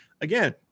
again